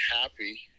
happy